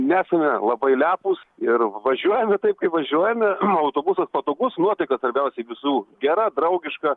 nesame labai lepūs ir važiuojame taip kaip važiuojame autobusas patogus nuotaika svarbiausiai visų gera draugiška